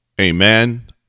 Amen